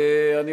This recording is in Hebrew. אדוני היושב-ראש,